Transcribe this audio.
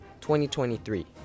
2023